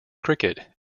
cricket